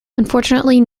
unfortunately